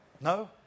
no